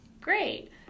Great